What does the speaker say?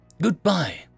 Goodbye